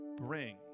bring